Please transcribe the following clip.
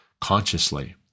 consciously